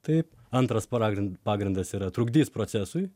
taip antras paragint pagrindas yra trukdys procesui